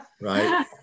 right